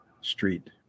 Street